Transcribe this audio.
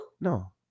No